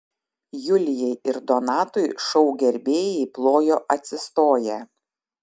julijai ir donatui šou gerbėjai plojo atsistoję